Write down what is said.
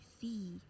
See